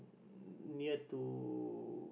near to